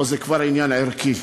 פה זה כבר עניין ערכי.